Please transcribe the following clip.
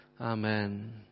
Amen